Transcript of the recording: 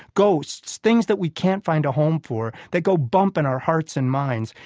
ghosts, things that we can't find a home for, that go bump in our hearts and minds.